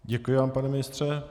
Děkuji vám, pane ministře.